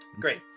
Great